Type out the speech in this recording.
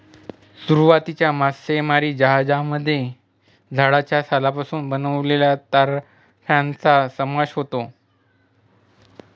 सुरुवातीच्या मासेमारीच्या जहाजांमध्ये झाडाच्या सालापासून बनवलेल्या तराफ्यांचा समावेश होता